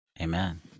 amen